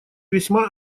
весьма